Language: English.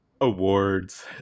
awards